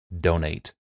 donate